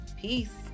Peace